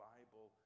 Bible